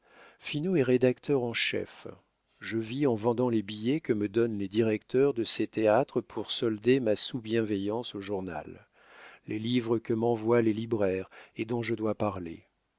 finot est rédacteur en chef je vis en vendant les billets que me donnent les directeurs de ces théâtres pour solder ma sous bienveillance au journal les livres que m'envoient les libraires et dont je dois parler